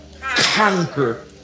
Conquer